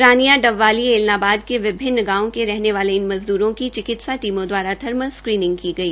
रानियां डबवाली ऐलनाबाद के विभिन्न गांवों के रहने वाले इन मज़द्रों की चिकित्सा टीमों द्वारा थर्मल स्क्रीनिंग की गई